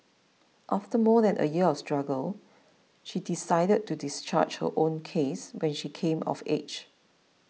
after more than a year of struggle she decided to discharge her own case when she came of age